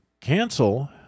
cancel